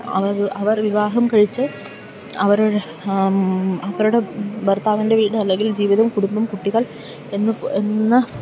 അവർ വിവാഹം കഴിച്ച് അവരുടോ ഭർത്താവിൻ്റെ വീട് അല്ലെങ്കിൽ ജീവിതം കുടുംബം കുട്ടികൾ എന്ന